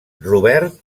robert